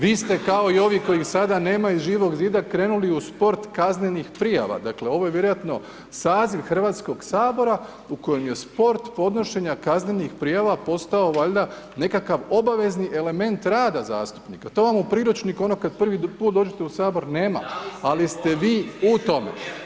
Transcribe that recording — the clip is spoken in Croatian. Vi ste kao i ovi kojih sada nema iz Živog zida, krenuli u sport kaznenih prijava, dakle ovo je vjerojatno saziv Hrvatskog sabora u kojem je sport podnošenja kaznenih prijava postao valjda nekakav obavezni element rada zastupnika, to vam je u priručniku ono kad prvi put dođete u Sabor nema ali ste vi u tom.